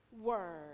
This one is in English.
word